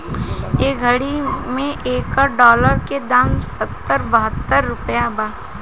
ए घड़ी मे एक डॉलर के दाम सत्तर बहतर रुपइया बा